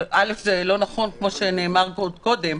זה לא נכון, כמו שנאמר פה עוד קודם.